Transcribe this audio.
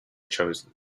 chosen